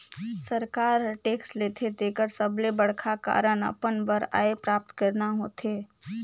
सरकार हर टेक्स लेथे तेकर सबले बड़खा कारन अपन बर आय प्राप्त करना होथे